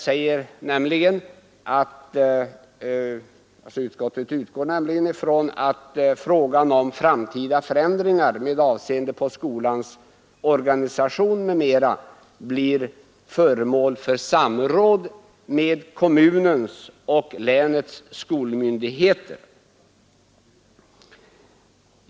Utskottet utgår nämligen ifrån att frågan om framtida förändringar med avseende på skolans organisation m.m. blir föremål för samråd med kommunens och länets skolmyndigheter.